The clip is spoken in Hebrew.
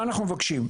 מה אנחנו מבקשים?